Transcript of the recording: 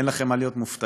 אין לכם מה להיות מופתעים.